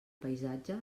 paisatge